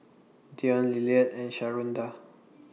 Deion Lillard and Sharonda